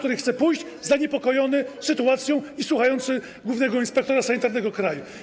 który chce pójść zaniepokojony sytuacją i słuchający głównego inspektora sanitarnego kraju.